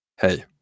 hey